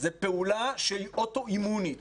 זאת פעולה שהיא אוטואימונית